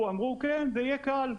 אמרו: כן, זה יהיה קל.